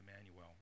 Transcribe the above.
Emmanuel